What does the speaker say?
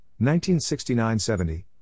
1969-70